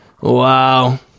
Wow